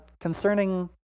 concerning